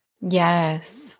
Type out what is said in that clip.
Yes